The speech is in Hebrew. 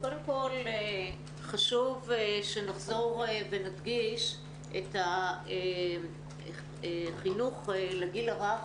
קודם כל חשוב שנחזור ונדגיש את החינוך לגיל הרך,